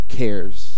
cares